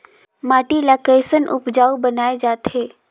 माटी ला कैसन उपजाऊ बनाय जाथे?